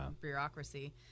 bureaucracy